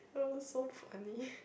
that was so funny